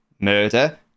murder